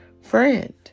friend